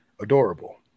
Adorable